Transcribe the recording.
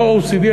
לא OCD,